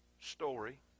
story